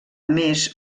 més